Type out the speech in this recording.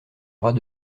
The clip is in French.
bras